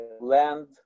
land